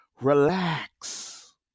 relax